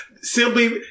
simply